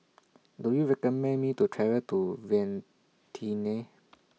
Do YOU recommend Me to travel to Vientiane